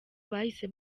bahise